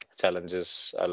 challenges